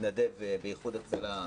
מתנדב באיחוד הצלה,